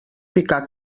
picar